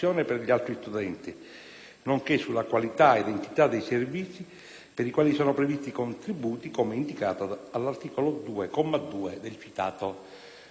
nonché sulla qualità ed entità dei servizi per i quali sono previsti contributi, come indicato all'articolo 2, comma 2, del citato